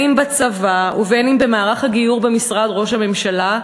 אם בצבא ואם במערך הגיור במשרד ראש הממשלה,